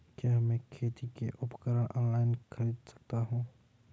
क्या मैं खेती के उपकरण ऑनलाइन खरीद सकता हूँ?